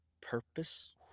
purpose